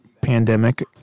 pandemic